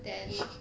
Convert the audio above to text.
then